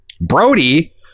Brody